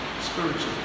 spiritually